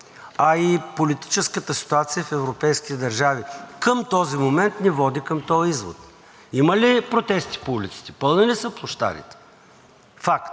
а и политическата ситуация в европейските държави към този момент ни води към този извод. Има ли протести по улиците, пълни ли са площадите? Факт.